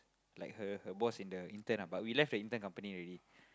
like her her boss in the intern ah but we left the intern company already